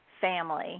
family